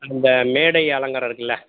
அந்த மேடை அலங்காரம் இருக்கில்ல